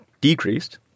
decreased